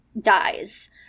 dies